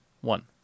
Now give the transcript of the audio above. One